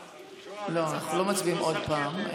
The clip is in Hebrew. לא, אנחנו לא מצביעים עוד פעם.